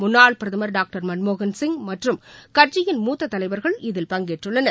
முன்னாள் பிரதமர் டாக்டர் மன்மோகன்சிங் மற்றும் கட்சியின் மூத்ததலைவர்கள் இதில் பங்கேற்றுள்ளனர்